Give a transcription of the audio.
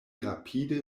rapide